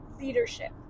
leadership